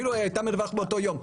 אפילו היא הייתה מדווחת באותו יום.